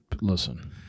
Listen